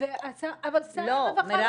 אבל שר הרווחה לא -- לא,